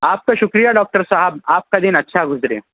آپ کا شکریہ ڈاکٹر صاحب آپ کا دن اچھا گزرے